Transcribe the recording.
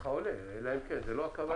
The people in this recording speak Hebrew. ככה עולה, אלא אם כן זו לא הכוונה.